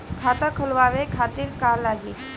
खाता खोलवाए खातिर का का लागी?